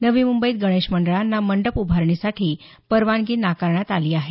नवी मुंबईत गणेश मंडळांना मंडप उभारणीसाठी परवानगी नाकारण्यात आली आहे